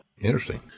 Interesting